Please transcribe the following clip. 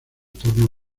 torno